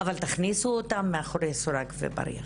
אבל תכניסו אותם מאחורי סורג ובריח.